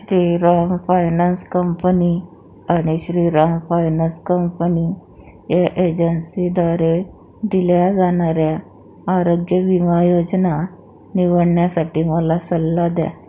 Shriram finance company आणि Shriram finance company या एजन्सींद्वारे दिल्या जाणाऱ्या आरोग्य विमा योजना निवडण्यासाठी मला सल्ला द्या